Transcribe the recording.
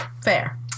Fair